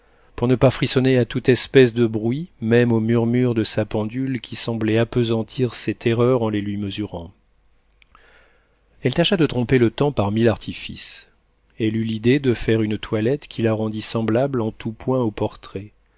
pour ne pas frissonner à toute espèce de bruit même au murmure de sa pendule qui semblait appesantir ses terreurs en les lui mesurant elle tâcha de tromper le temps par mille artifices elle eut l'idée de faire une toilette qui la rendit semblable en tout point au portrait